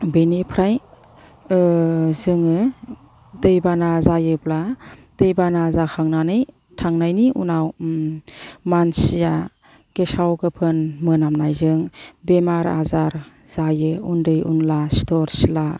बेनिफ्राय जोङो दै बाना जायोब्ला दै बाना जाखांनानै थांनायनि उनाव मानसिया गेसाव गोफोन मोनामनायजों बेराम आजार जायो उन्दै उनला सिथर सिला